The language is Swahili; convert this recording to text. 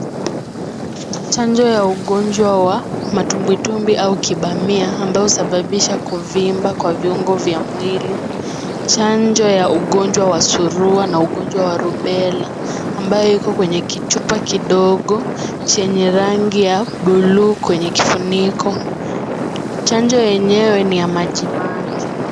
Chanjo ya ugonjwa wa matumbwitumbwi au kibamia ambao husababisha kuvimba kwa viungo vya mwili, chanjo ya ugonjwa wa surua na ugonjwa wa rubela ambayo iko kwenye kichupa kidogo chenye rangi ya bluu kwenye kifuniko chanjo yeneywe ni ya majimaji.